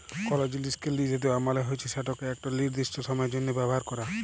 call জিলিসকে লিসে দেওয়া মালে হচ্যে সেটকে একট লিরদিস্ট সময়ের জ্যনহ ব্যাভার ক্যরা